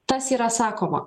tas yra sakoma